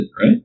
right